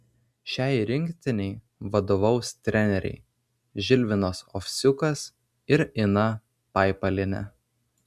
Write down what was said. šiai rinktinei vadovaus treneriai žilvinas ovsiukas ir ina paipalienė